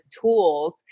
tools